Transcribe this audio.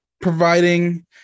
providing